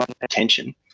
attention